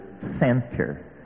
center